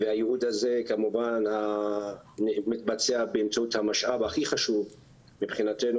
והייעוד הזה כמובן מתבצע באמצעות המשאב הכי חשוב מבחינתו,